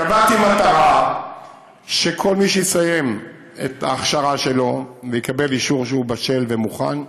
קבעתי מטרה שכל מי שיסיים את ההכשרה שלו ויקבל אישור שהוא בשל ומוכן,